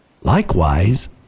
Likewise